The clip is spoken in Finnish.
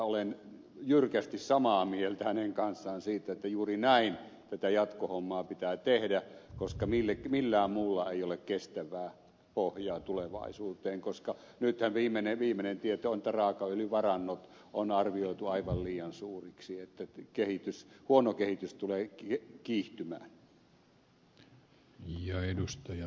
olen jyrkästi samaa mieltä hänen kanssaan siitä että juuri näin tätä jatkohommaa pitää tehdä koska millään muulla ei ole kestävää pohjaa tulevaisuuteen koska nythän viimeinen tieto on että raakaöljyvarannot on arvioitu aivan liian suuriksi ja huono kehitys tulee kiihtymään